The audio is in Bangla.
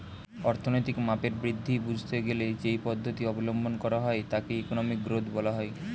অর্থনৈতিক মাপের বৃদ্ধি বুঝতে গেলে যেই পদ্ধতি অবলম্বন করা হয় তাকে ইকোনমিক গ্রোথ বলা হয়